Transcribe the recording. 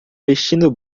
vestindo